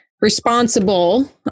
responsible